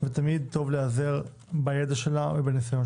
ותמיד טוב להיעזר בניסיונה ובידע שלה.